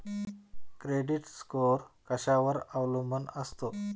Credit score कशावर अवलंबून असतो?